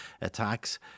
attacks